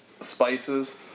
spices